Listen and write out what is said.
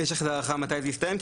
יש לך הערכה מתי זה יסתיים?